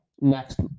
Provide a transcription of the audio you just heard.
next